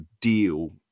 deal